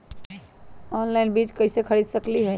Online बीज कईसे खरीद सकली ह?